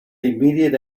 immediate